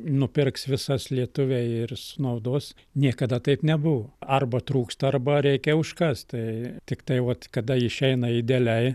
nupirks visas lietuviai ir sunaudos niekada taip nebuvo arba trūksta arba reikia užkast tai tiktai vat kada išeina idealiai